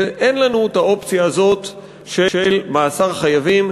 שאין לנו האופציה הזאת של מאסר חייבים